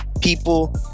people